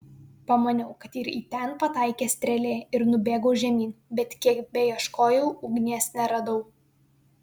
pamaniau kad ir į ten pataikė strėlė ir nubėgau žemyn bet kiek beieškojau ugnies neradau